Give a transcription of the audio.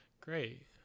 Great